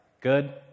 good